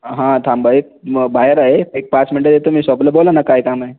हां थांबा एक बाहेर आहे एक पाच मिनिटात येतो मी शॉपला बोला ना काय काम आहे